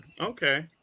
Okay